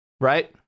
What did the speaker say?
right